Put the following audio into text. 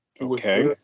Okay